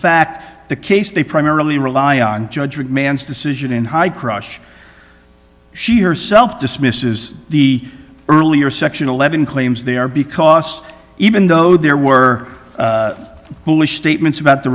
fact the case they primarily rely on judge man's decision in high crush she herself dismisses the earlier section eleven claims they are because even though there were foolish statements about the